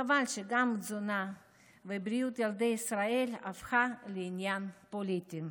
חבל שגם תזונה ובריאות ילדי ישראל הפכו לעניין פוליטי.